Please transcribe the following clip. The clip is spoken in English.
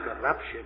corruption